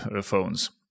phones